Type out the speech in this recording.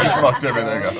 fucked everything